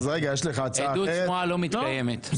עדות שמועה לא מתקיימת, אלקין.